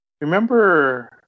Remember